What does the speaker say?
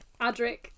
Adric